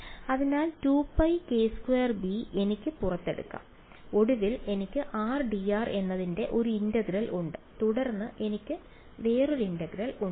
അതിനാൽ 2πk2b എനിക്ക് പുറത്തെടുക്കാം ഒടുവിൽ എനിക്ക് rdr എന്നതിന്റെ ഒരു ഇന്റഗ്രൽ ഉണ്ട് തുടർന്ന് എനിക്ക് ഒരു ഇന്റഗ്രൽ ഉണ്ട്